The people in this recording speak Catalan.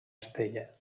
estella